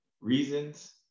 reasons